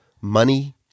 money